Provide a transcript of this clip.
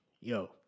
yo